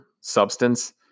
substance